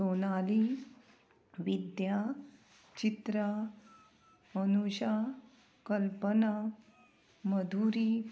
सोनाली विद्या चित्रां अनुजा कल्पना मधुरी